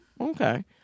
Okay